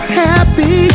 happy